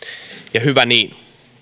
ja hyvä niin